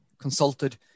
consulted